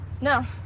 No